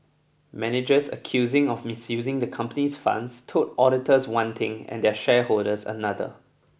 managers accusing of misusing the comopany's funds told auditors one thing and their shareholders another